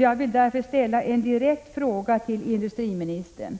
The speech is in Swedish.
Jag vill ställa en direkt fråga till industriministern: